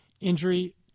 injury